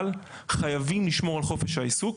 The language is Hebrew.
אבל חייבים לשמור על חופש העיסוק.